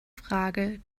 frage